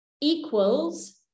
equals